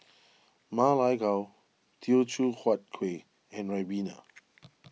Ma Lai Gao Teochew Huat Kueh and Ribena